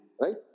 Right